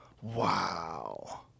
Wow